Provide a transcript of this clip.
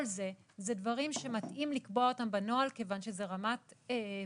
כל זה אלה דברים שמתאים לקבוע אותם בנוהל כיוון שזאת רמת פירוט.